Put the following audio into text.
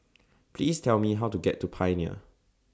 Please Tell Me How to get to Pioneer